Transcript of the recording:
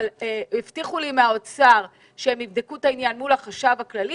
הבטיחו לי מהאוצר שהם יבדקו את העניין מול החשב הכללי.